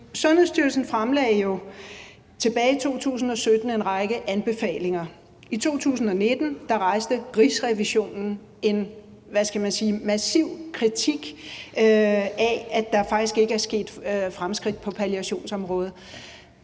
Sundhedsstyrelsen fremlagde jo tilbage i 2017 en række anbefalinger. I 2019 rejste Rigsrevisionen en massiv kritik af, at der faktisk ikke er sket fremskridt på palliationsområdet.